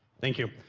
thank you.